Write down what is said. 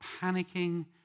panicking